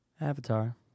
Avatar